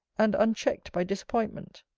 and unchecked by disappointment.